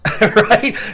right